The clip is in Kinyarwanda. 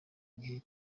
gihe